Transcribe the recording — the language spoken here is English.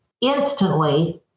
instantly